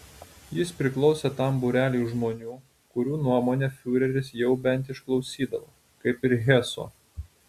jis priklausė tam būreliui žmonių kurių nuomonę fiureris jau bent išklausydavo kaip ir heso